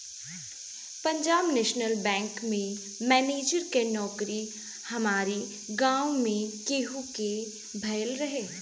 Punjab national bank में manager के नोकरी हमारी गांव में केहू के भयल रहे